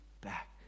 back